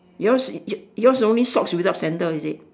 yours yours only socks without sandal is it